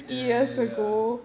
ya ya ya